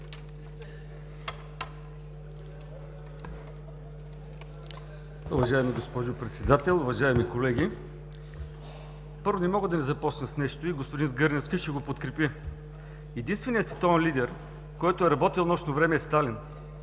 Уважаема госпожо Председател, уважаеми колеги! Първо, не мога да не започна с нещо и господин Гърневски ще го подкрепи – единственият световен лидер, който е работил нощно време, е Сталин